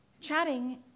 Chatting